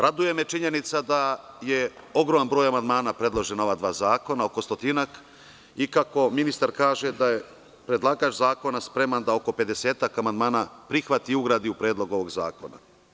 Raduje me činjenica da je ogroman broj amandmana predložen na ova dva zakona, oko stotinak, i kako ministar kaže da je predlagač zakona spreman da oko pedesetak amandman prihvati i ugradi u Predlog zakona.